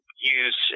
use